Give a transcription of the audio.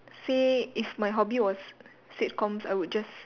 say if my hobby was sitcoms I would just